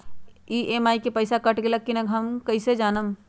EMI के पईसा cut गेलक कि ना कइसे हम जानब?